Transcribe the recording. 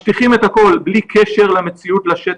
משטיחים את הכול בלי קשר למציאות לשטח.